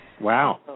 Wow